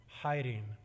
hiding